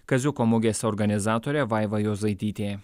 kaziuko mugės organizatorė vaiva jozaitytė